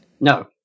No